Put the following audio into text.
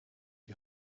die